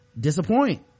disappoint